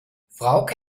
frauke